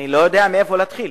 אני לא יודע מאיפה להתחיל.